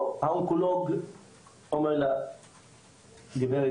פה האונקולוג אומר לה - גברת,